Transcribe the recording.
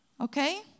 okay